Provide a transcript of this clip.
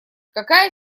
какая